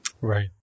Right